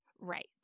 Right